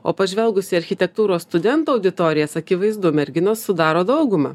o pažvelgus į architektūros studentų auditorijas akivaizdu merginos sudaro daugumą